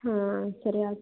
ಹಾಂ ಸರಿ ಆಯಿತು